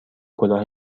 کلاه